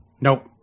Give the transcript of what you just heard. Nope